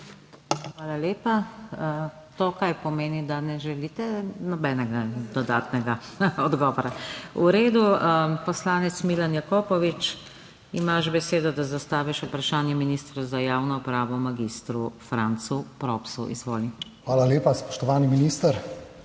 Hvala lepa. Kaj to pomeni? Da ne želite nobenega dodatnega odgovora. V redu. Poslanec Milan Jakopovič, imaš besedo, da zastaviš vprašanje ministru za javno upravo mag. Francu Propsu. Izvoli. MILAN JAKOPOVIČ (PS Levica):